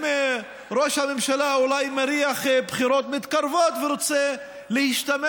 אם ראש הממשלה אולי מריח בחירות מתקרבות ורוצה להשתמש